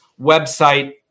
website